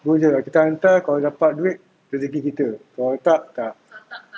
go jer kita hantar kalau dapat duit rezeki kita kalau tak tak